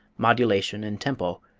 modulation, and tempo,